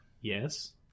yes